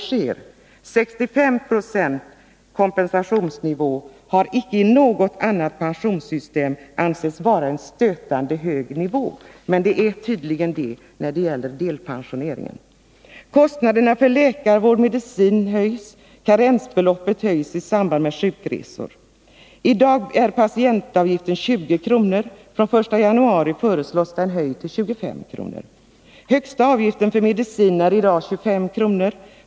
En kompensationsnivå på 65 96 har icke i något annat pensionssystem ansetts vara en stötande hög nivå, men så är det tydligen när det gäller delpensioneringen. Kostnaderna för läkarvård och medicin höjs. Karensbeloppet i samband med sjukresor höjs. I dag är patientavgiften 20 kr. Från den 1 januari 1981 föreslås den höjd till 25 kr. Högsta avgiften för medicin är i dag 25 kr.